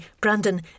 Brandon